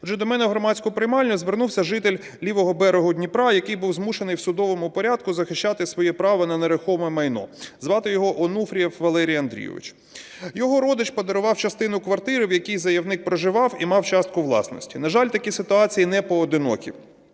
Отже, до мене в громадську приймальню звернувся житель лівого берега Дніпра, який був змушений в судовому порядку захищати своє право на нерухоме майно. Звати його Онуфрієв Валерій Андрійович. Його родич подарував частину квартири, в якій заявник проживав і мав частку власності. На жаль, такі ситуації непоодинокі.